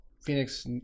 phoenix